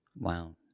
Wow